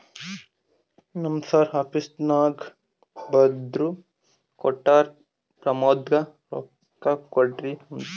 ನಮ್ ಸರ್ ಆಫೀಸ್ನಾಗ್ ಬರ್ದು ಕೊಟ್ಟಾರ, ಪ್ರಮೋದ್ಗ ರೊಕ್ಕಾ ಕೊಡ್ರಿ ಅಂತ್